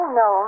no